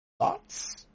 Thoughts